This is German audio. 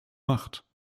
macht